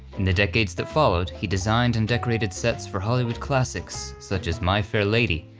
in the decades that followed he designed and decorated sets for hollywood classics such as my fair lady,